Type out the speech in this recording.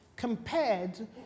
Compared